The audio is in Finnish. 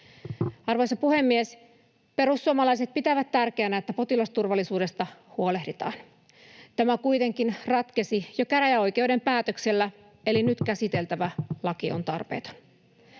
Arvoisa puhemies! Perussuomalaiset pitävät tärkeänä, että potilasturvallisuudesta huolehditaan. Tämä kuitenkin ratkesi jo käräjäoikeuden päätöksellä, eli nyt käsiteltävä laki on tarpeeton.